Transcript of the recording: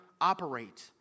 operate